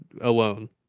alone